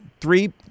three